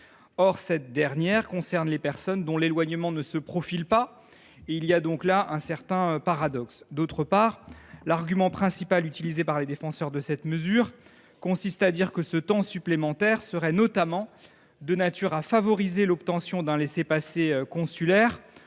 Or cette dernière concerne les personnes dont l’éloignement ne se profile pas. Il y a donc là un certain paradoxe. L’argument principal utilisé par les défenseurs de cette mesure consiste à dire que ce temps supplémentaire serait notamment de nature à favoriser l’obtention d’un laissez passer consulaire.